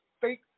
fake